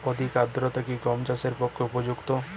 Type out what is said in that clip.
অধিক আর্দ্রতা কি গম চাষের পক্ষে উপযুক্ত?